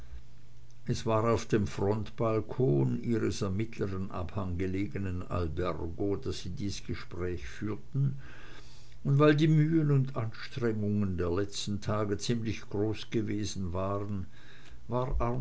es war auf dem frontbalkon ihres am mittleren abhang gelegenen albergo daß sie dies gespräch führten und weil die mühen und anstrengungen der letzten tage ziemlich groß gewesen waren war